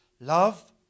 love